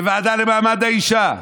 בוועדה למעמד האישה.